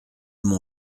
mon